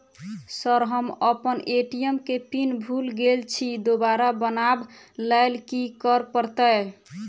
Sir हम अप्पन ATM केँ पिन भूल गेल छी दोबारा बनाब लैल की करऽ परतै?